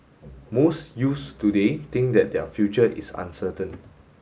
most youths today think that their future is uncertain